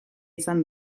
izan